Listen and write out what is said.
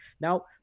now